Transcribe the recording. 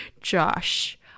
josh